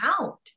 out